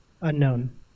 unknown